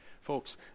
Folks